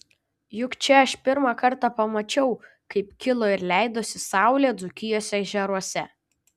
juk čia aš pirmą kartą pamačiau kaip kilo ir leidosi saulė dzūkijos ežeruose